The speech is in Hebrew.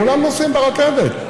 כולם נוסעים ברכבת.